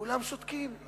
כולם שותקים,